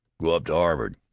go up to harvard!